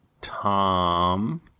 Tom